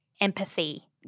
empathy